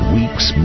weeks